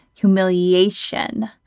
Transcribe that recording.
humiliation